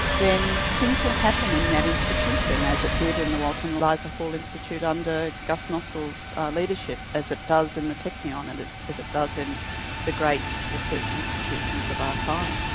then things will happen in that institution, as it did in the walter and eliza hall institute under gus nossal's leadership, as it does in the technion and and as as it does the great research institutions of our time.